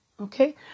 Okay